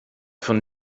von